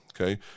okay